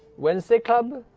wednesday club?